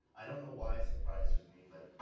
i don't know why it surprises me, but,